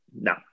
No